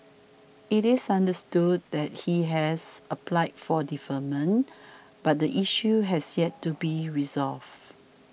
it is understood that he has applied for deferment but the issue has yet to be resolved